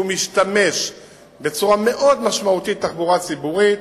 שמשתמש בצורה מאוד משמעותית בתחבורה ציבורית.